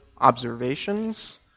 observations